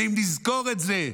ואם נזכור את זה,